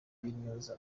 b’intyoza